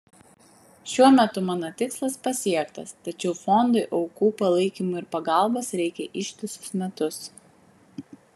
šiuo metu mano tikslas pasiektas tačiau fondui aukų palaikymo ir pagalbos reikia ištisus metus